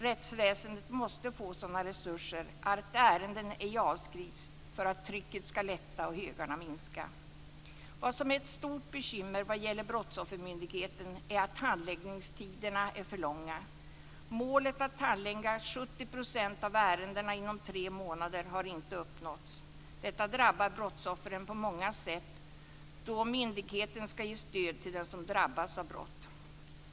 Rättsväsendet måste få sådana resurser att ärenden ej avskrivs för att trycket ska lätta och högarna minska. Vad som är ett stort bekymmer vad gäller Brottsoffermyndigheten är att handläggningstiderna är för långa. Målet att handlägga 70 % av ärendena inom tre månader har inte uppnåtts. Detta drabbar brottsoffren på många sätt, då myndigheten ska ge stöd till dem som drabbats av brott.